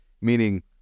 Meaning